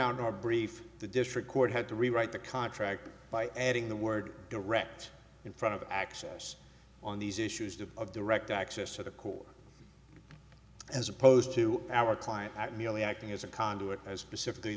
in our brief the district court had to rewrite the contract by adding the word direct in front of the access on these issues to of direct access to the court as opposed to our client not merely acting as a conduit as specifically